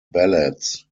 ballads